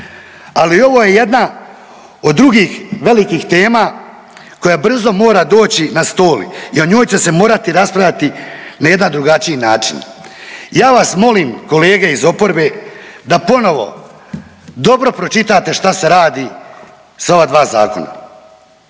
Ali ovo je jedna od drugih velikih tema koja brzo mora doći na stol i o njoj će se morati raspravljati na jedna drugačiji način. Ja vas molim kolege iz oporbe da ponovo dobro pročitate šta se radi sa ova dva zakona.